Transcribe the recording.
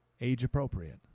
age-appropriate